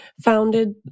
founded